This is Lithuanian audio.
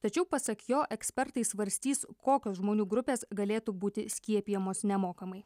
tačiau pasak jo ekspertai svarstys kokios žmonių grupės galėtų būti skiepijamos nemokamai